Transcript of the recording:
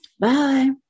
Bye